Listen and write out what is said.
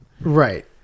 Right